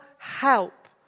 Help